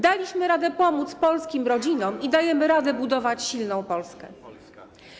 Daliśmy radę pomóc polskim rodzinom i dajemy radę budować silną Polskę.